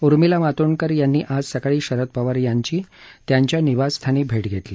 उर्मिला मातोंडकर यांनी आज सकाळी शरद पवार यांची त्यांच्या निवासस्थानी भेट घेतली